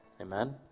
Amen